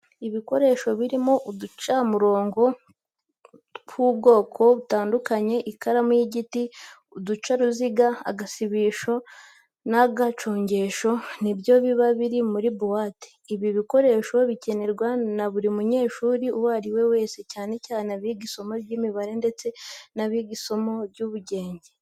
Ibikoresho birimo uducamurongo tw'ubwoko butandukanye, ikaramu y'igiti, uducaruziga, agasibisho n'agacongesho, ni byo biba biri muri buwate. Ibi bikoresho bikenerwa na buri munyeshuri uwo ari we wese, cyane cyane abiga isomo ry'imibare ndetse n'abiga isomo ry'ubugenge.